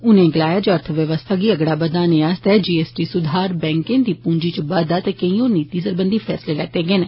उन्ने गलाया जे अर्थ व्यवस्था गी अगड़ा बदाने आस्तै जीएसटी सुधार बैंक दी पपंजी इच बाद्वा ते कैंई होर नीति सरबंधी फैसले लैते गेए न